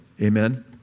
Amen